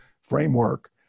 framework